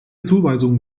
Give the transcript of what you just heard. zuweisungen